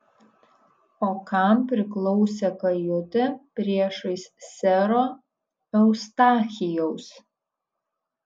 o kam priklausė kajutė priešais sero eustachijaus